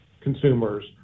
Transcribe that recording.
consumers